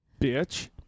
Bitch